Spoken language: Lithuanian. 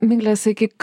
migle sakyk